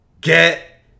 get